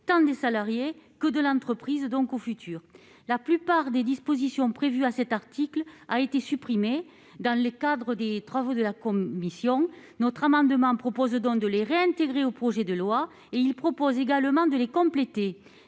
tant des salariés que de l'entreprise, donc au futur, la plupart des dispositions prévues à cet article a été supprimé dans le cadre des travaux de la commission notre amendement propose donc de les réintégrer au projet de loi et il propose également de les compléter